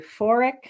euphoric